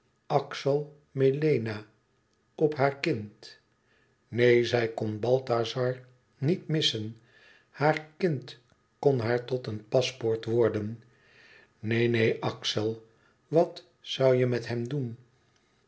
axel melena op haar kind neen zij kon balthazar niet missen haar kind kon haar tot een paspoort worden neen neen axel wat zoû je met hem doen